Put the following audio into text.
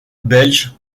belge